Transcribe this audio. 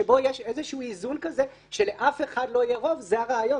שבו יש איזשהו איזון שלאף אחד לא יהיה רוב זה הרעיון,